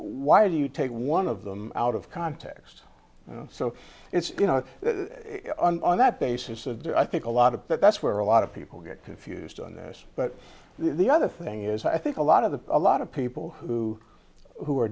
why do you take one of them out of context so it's you know on that basis of there i think a lot of that that's where a lot of people get confused on this but the other thing is i think a lot of the a lot of people who who are